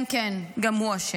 כן, כן, גם הוא אשם.